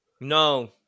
No